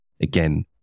again